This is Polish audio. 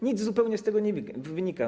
Nic zupełnie z tego nie wynika.